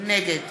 נגד